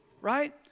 right